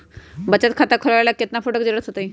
बचत खाता खोलबाबे ला केतना फोटो के जरूरत होतई?